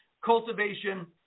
cultivation